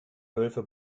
wölfe